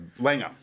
Langer